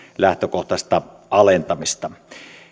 lähtökohtaista alentamista